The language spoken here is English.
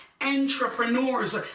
entrepreneurs